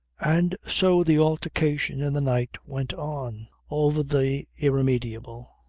and so the altercation in the night went on, over the irremediable.